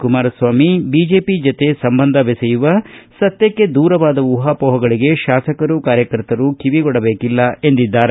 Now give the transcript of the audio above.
Kumaraswamy BJP ಜತೆ ಸಂಬಂಧ ಬೆಸೆಯುವ ಸತ್ತಕ್ಕೆ ದೂರವಾದ ಊಹಾಮೋಹಗಳಿಗೆ ಶಾಸಕರು ಕಾರ್ಯಕರ್ತರು ಕಿವಿಗೊಡಬೇಕಿಲ್ಲ ಎಂದಿದ್ದಾರೆ